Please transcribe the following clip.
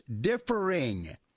differing